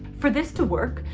for this to work,